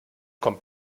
kommt